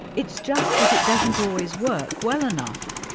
it's just that it doesn't always work well enough.